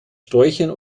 sträuchern